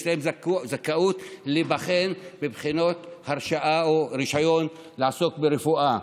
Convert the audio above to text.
יש להם זכאות להיבחן בבחינות רישיון לעסוק ברפואה.